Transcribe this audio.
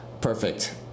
Perfect